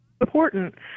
important